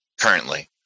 currently